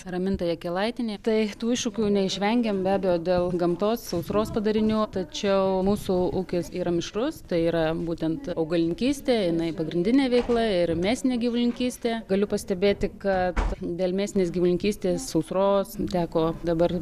raminta jakelaitienė tai tų iššūkių neišvengėm be abejo dėl gamtos sausros padarinių tačiau mūsų ūkis yra mišrus tai yra būtent augalininkystė jinai pagrindinė veikla ir mėsinė gyvulininkystė galiu pastebėti kad dėl mėsinės gyvulininkystės sausros teko dabar